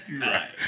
right